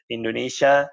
Indonesia